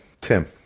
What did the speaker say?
Tim